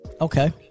Okay